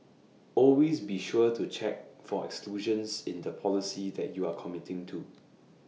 always be sure to check for exclusions in the policy that you are committing to